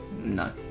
No